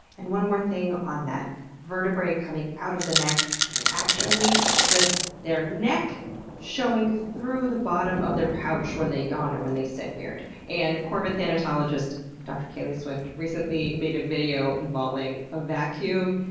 and one more thing on that vertebrae coming out of the neck it's actually just their neck showing through the bottom of their pouch when they yawn or when they sit weird. and corvid thanatologist dr. kaeli swift recently made a video involving a vacuum,